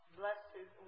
blessed